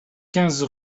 quinze